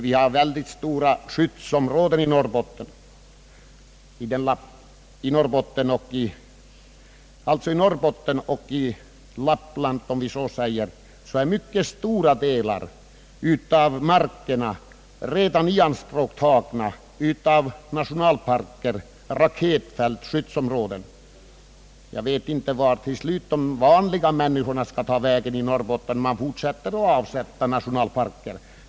Vi har väldigt stora skyddsområden i Norrbotten. Mycket stora delar av markerna är där redan ianspråktagna av nationalparker, raketfält och skyddsområden, Jag vet inte till slut var de vanliga människorna skall ta vägen i Norrbotten om man fortsätter att avsätta nationalparker.